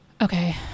Okay